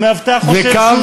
המאבטח חושב שהוא